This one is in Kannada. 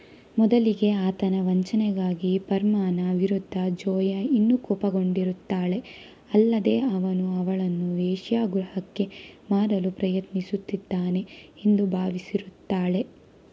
ಮೊದಲಿಗೆ ಆತನ ವಂಚನೆಗಾಗಿ ಪರ್ಮಾನ ವಿರುದ್ಧ ಜೋಯಾ ಇನ್ನೂ ಕೋಪಗೊಂಡಿರುತ್ತಾಳೆ ಅಲ್ಲದೇ ಅವನು ಅವಳನ್ನು ವೇಶ್ಯಾಗೃಹಕ್ಕೆ ಮಾರಲು ಪ್ರಯತ್ನಿಸುತ್ತಿದ್ದಾನೆ ಎಂದು ಭಾವಿಸಿರುತ್ತಾಳೆ